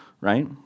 Right